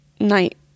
night